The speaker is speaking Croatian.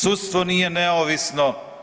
Sudstvo nije neovisno.